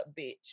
bitch